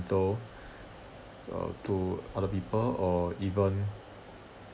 uh to other people or even